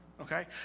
okay